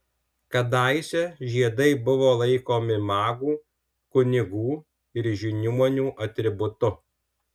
kadaise žiedai buvo laikomi magų kunigų ir žiniuonių atributu